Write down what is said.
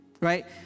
right